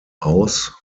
aus